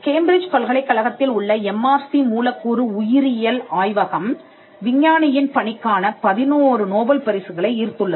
Cambridge பல்கலைக்கழகத்தில் உள்ள MRC மூலக்கூறு உயிரியல் ஆய்வகம் விஞ்ஞானியின் பணிக்கான பதினோரு நோபல் பரிசுகளை ஈர்த்துள்ளது